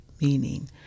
meaning